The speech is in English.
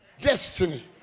destiny